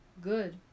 Good